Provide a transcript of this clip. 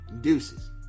Deuces